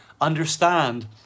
understand